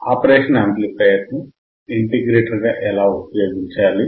operational యాంప్లిఫైయర్ను ఇంటిగ్రేటర్గా ఎలా ఉపయోగించాలి